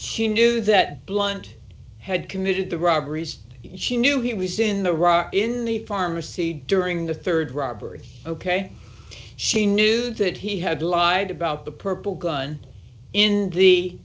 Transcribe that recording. hew knew that blunt had committed the robberies she knew he was in the rock in the pharmacy during the rd robbery ok she knew that he had lied about the purple gun in the